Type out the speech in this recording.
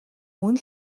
мөн